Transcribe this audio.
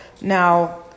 Now